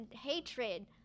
hatred